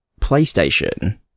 PlayStation